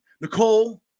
Nicole